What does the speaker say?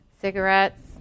cigarettes